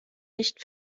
nicht